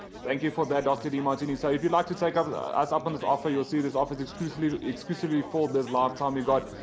thank you for that, dr. demartini. so if you'd like to take but us up on this offer, you'll see this office exclusively exclusively for this lifetime. you've got,